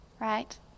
right